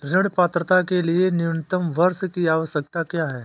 ऋण पात्रता के लिए न्यूनतम वर्ष की आवश्यकता क्या है?